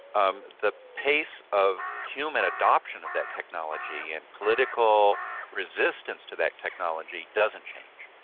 um the pace of human adoption of that technology and political resistance to that technology doesn't change.